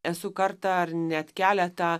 esu kartą ar net keletą